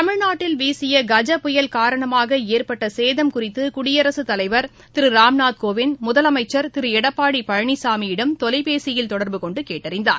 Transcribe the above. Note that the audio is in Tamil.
தமிழ்நாட்டில் வீசிய கஜ புயல் காரணமாகஏற்பட்டசேதம் குறித்துகுடியரசுத் தலைவர் திருராம் நூத் கோவிந்த்முதலமைச்சர் திருஎடப்பாடிபழனிசாமியிடம் தொலைபேசியில் தொடர்புகொண்டுகேட்டறிந்தார்